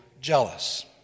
jealous